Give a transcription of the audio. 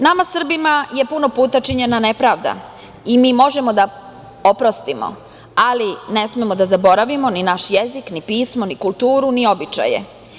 Nama Srbima je puno puta činjena nepravda i mi možemo da oprostimo, ali ne smemo da zaboravimo ni naš jezik, ni pismo, ni kulturu, ni običaje.